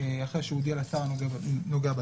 אחרי שהוא הודיע לשר הנוגע בדבר,